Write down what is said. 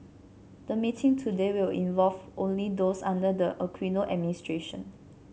the meeting today will involve only those under the Aquino administration